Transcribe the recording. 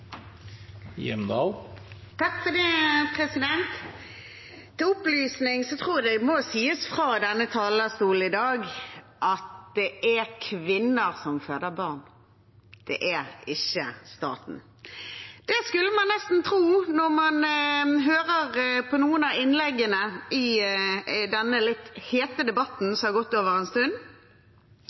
Til opplysning: Jeg tror det må sies fra denne talerstol i dag at det er kvinner som føder barn – det er ikke staten. Det skulle man nesten tro når man hører på noen av innleggene i denne litt hete debatten, som har gått